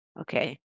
Okay